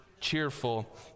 Cheerful